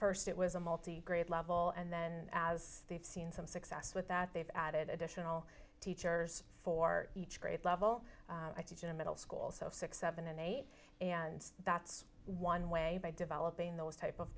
first it was a multi grade level and then as they've seen some success with that they've added additional teachers for each grade level i teach in a middle school so six seven and eight and that's one way by developing those type of